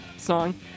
song